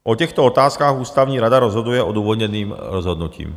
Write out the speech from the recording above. O těchto otázkách ústavní rada rozhoduje odůvodněným rozhodnutím.